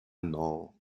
null